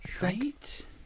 Right